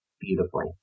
beautifully